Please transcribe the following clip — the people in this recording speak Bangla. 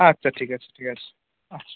আচ্ছা ঠিক আছে ঠিক আছে আচ্ছা